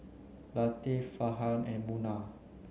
Latif Farhan and Munah